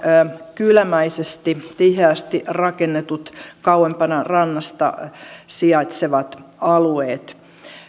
kylämäisesti tiheästi rakennetut kauempana rannasta sijaitsevat alueet